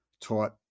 taught